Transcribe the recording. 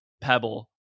pebble